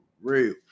real